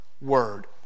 word